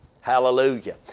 Hallelujah